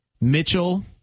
Mitchell